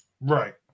Right